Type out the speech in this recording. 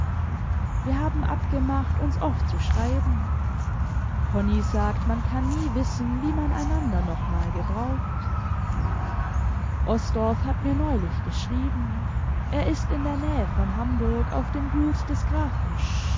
wir haben abgemacht uns oft zu schreiben konni sagt man kann nie wissen wie man einander noch mal gebraucht osdorff hat mir neulich geschrieben er ist m der nabe von hamburg auf dem gut des grafen